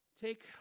Take